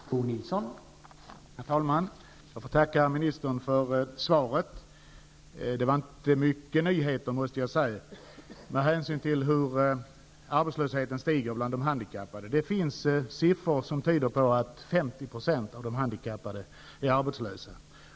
Herr talman! Jag får tacka ministern för svaret. Jg måste säga att det inte innehöll många nyheter, med hänsyn till hur arbetslösheten stiger bland de handikappade. Det finns siffror som tyder på att 50 % av de handikappade är arbetslösa.